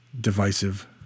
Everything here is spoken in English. divisive